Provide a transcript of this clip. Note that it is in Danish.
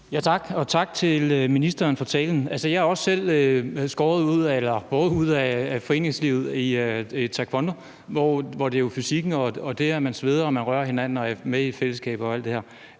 tak til ministeren for talen. Jeg er også selv formet af foreningslivet i forbindelse med taekwondo, hvor det handler om fysikken og det, at man sveder og rører hinanden og er med i et fællesskab